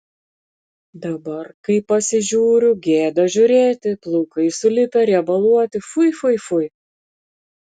dabar kai pasižiūriu gėda žiūrėti plaukai sulipę riebaluoti fui fui fui